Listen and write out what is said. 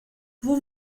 vous